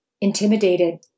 intimidated